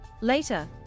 Later